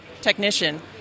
Technician